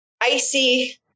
icy